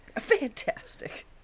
Fantastic